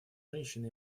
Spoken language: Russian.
женщин